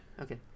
okay